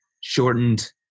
shortened